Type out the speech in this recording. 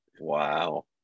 wow